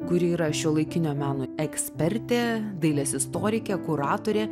kuri yra šiuolaikinio meno ekspertė dailės istorikė kuratorė